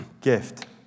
gift